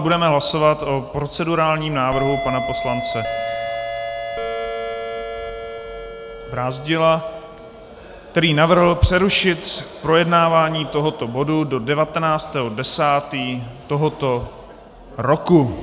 Budeme hlasovat o procedurálním návrhu pana poslance Brázdila, který navrhl přerušit projednávání tohoto bodu do 19. 10. tohoto roku.